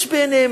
יש ביניהם